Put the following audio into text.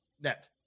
net